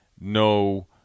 no